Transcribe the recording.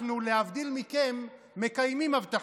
אנחנו, להבדיל מכם, מקיימים הבטחות.